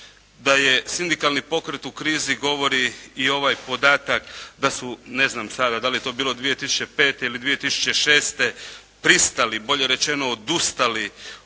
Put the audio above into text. da je sindikalni pokret u krizi govori i ovaj podatak da su ne znam sada da li je to bilo 2005. ili 2006. pristali, bolje rečeno odustali